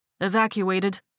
Evacuated